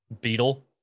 beetle